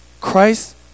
Christ